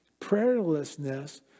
Prayerlessness